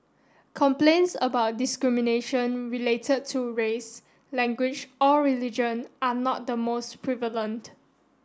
complaints about discrimination related to race language or religion are not the most prevalent